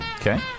Okay